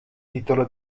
titolo